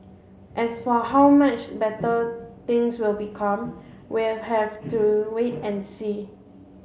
as for how much better things will become we'll have to wait and see